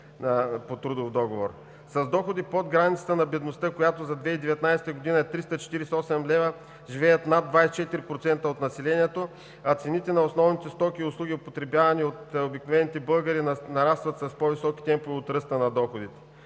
С доходи под границата на бедността, която за 2019 г. е 348 лева, живеят над 24% от населението, а цените на основните стоки и услуги, употребявани от обикновените българи, нарастват с по-високи темпове от ръста на доходите.